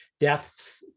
deaths